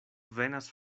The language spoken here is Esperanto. venas